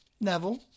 Neville